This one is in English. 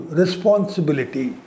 responsibility